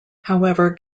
however